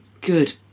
Good